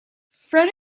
fred